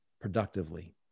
productively